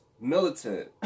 Militant